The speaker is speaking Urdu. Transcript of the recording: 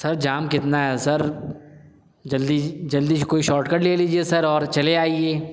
سر جام کتنا ہے سر جلدی جلدی کوئی شارٹ کٹ لے لیجیے سر اور چلے آئیے